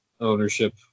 ownership